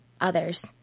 others